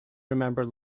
remember